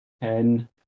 ten